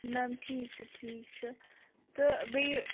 میم ٹھیٖک چھُ ٹھیٖک چھُ تہٕ بیٚیہِ